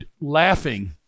laughing